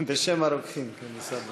בשם הרוקחים הוא יישא דברים.